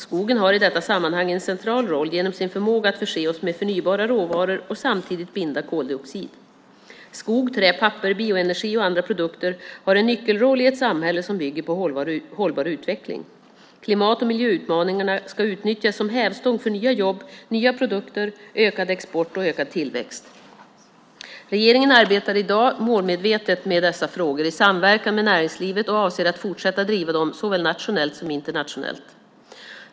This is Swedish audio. Skogen har i detta sammanhang en central roll genom sin förmåga att förse oss med förnybara råvaror och samtidigt binda koldioxid. Skog, trä, papper, bioenergi och andra produkter har en nyckelroll i ett samhälle som bygger på hållbar utveckling. Klimat och miljöutmaningarna ska utnyttjas som hävstång för nya jobb, nya produkter, ökad export och ökad tillväxt. Regeringen arbetar i dag målmedvetet med dessa frågor, i samverkan med näringslivet, och avser att fortsatt driva dem såväl nationellt som internationellt.